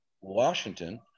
washington